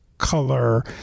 Color